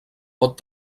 pot